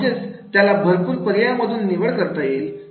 म्हणजेच त्याला भरपूर पर्यायांमधून निवड करता येईल